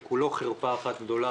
שכולו חרפה אחת גדולה,